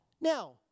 Now